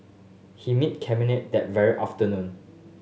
he met Cabinet that very afternoon